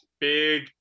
Big